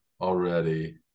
already